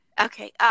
Okay